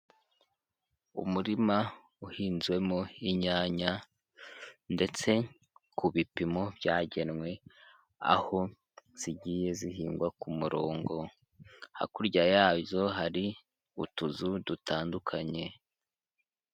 Umurima uhinzwemo inyanya ndetse ku bipimo byagenwe, aho zigiye zihingwa ku murongo hakurya yazo hari utuzu dutandukanye.